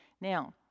Now